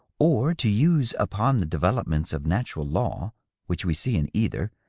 or to use upon the developments of natural law which we see in either,